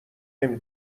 نمی